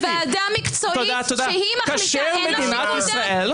וועדה מקצועית, כשהיא מחליטה, אין לה שיקול דעת?